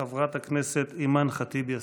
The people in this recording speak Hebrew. חברת הכנסת אימאן ח'טיב יאסין.